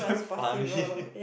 damn funny